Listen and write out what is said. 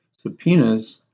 subpoenas